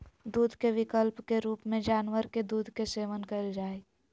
दूध के विकल्प के रूप में जानवर के दूध के सेवन कइल जा हइ